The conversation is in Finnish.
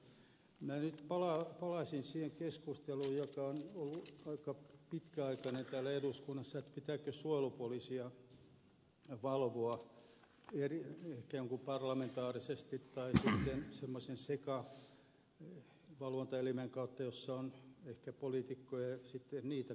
minä nyt palaisin siihen keskusteluun joka on ollut aika pitkäaikainen täällä eduskunnassa että pitääkö suojelupoliisia valvoa ikään kuin parlamentaarisesti tai semmoisen sekavalvontaelimen kautta jossa on ehkä poliitikkoja ja sitten niitä jotka tuntevat itse toimintaa